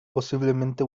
posiblemente